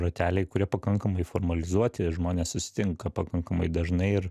rateliai kurie pakankamai formalizuoti ir žmonės susitinka pakankamai dažnai ir